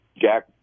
Jack